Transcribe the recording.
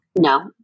no